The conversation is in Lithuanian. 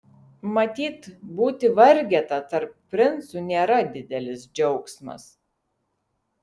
matyt būti vargeta tarp princų nėra didelis džiaugsmas